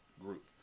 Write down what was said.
group